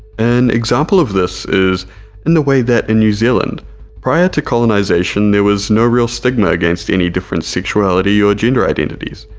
an example of this is in the way that in new zealand prior to colonization there was no real stigma against any different sexuality or gender identities.